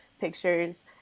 pictures